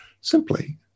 simply